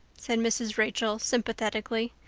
said mrs. rachel sympathetically.